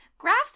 Graphs